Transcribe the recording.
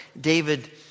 David